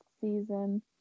season